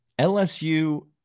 LSU